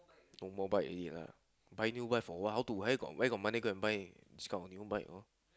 no more bike already lah buy new bike for what how to where got where got money go and buy this kind of new bike orh